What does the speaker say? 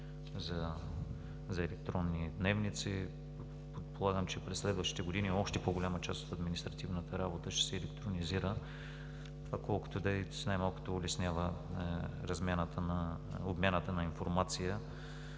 за електронни дневници. Предполагам, че през следващите години още по-голяма част от административната работа ще се електронизира, а колкото и да е, най-малкото улеснява обмяната на информация